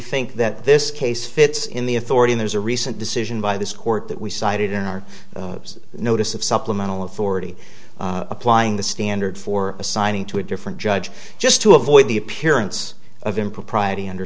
think that this case fits in the authority there's a recent decision by this court that we cited in our notice of supplemental authority applying the standard for assigning to a different judge just to avoid the appearance of impropriety under